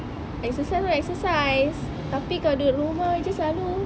exercise what exercise tapi kalau duduk rumah jer selalu